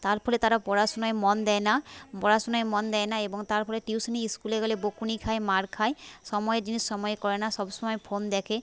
তার ফলে তারা পড়াশোনায় মন দেয় না পড়াশোনায় মন দেয় না এবং তারপরে টিউশন স্কুলে গেলে বকুনি খায় মার খায় সময়ের জিনিস সময়ে করে না সব সময় ফোন দেখে